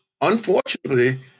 unfortunately